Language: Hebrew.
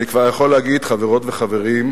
אני כבר יכול להגיד: חברות וחברים,